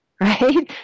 right